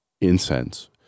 Incense